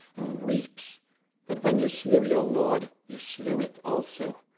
and weeps that when you slew your lord you slew it also.